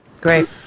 Great